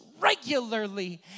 regularly